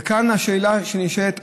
וכאן השאלה שנשאלת,